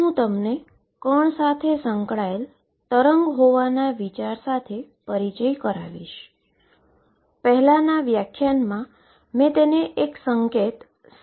હું 3 dimensional origin ψxyzVxyzxyzEψxyzલખી રહ્યો છું